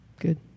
Good